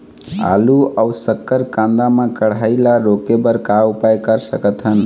आलू अऊ शक्कर कांदा मा कढ़ाई ला रोके बर का उपाय कर सकथन?